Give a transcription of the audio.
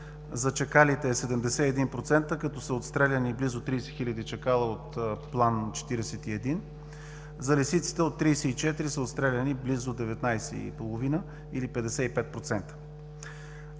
за чакалите е 71%, като са отстреляни близо 30 хиляди чакала от план – 41, за лисиците от 34 са отстреляни близо 19 и